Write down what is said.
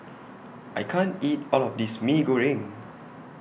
I can't eat All of This Mee Goreng